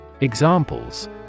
Examples